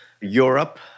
Europe